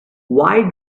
why